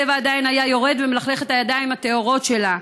הצבע עדיין היה יורד ומלכלך את הידיים הטהורות שלה.